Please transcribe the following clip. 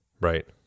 Right